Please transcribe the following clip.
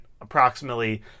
approximately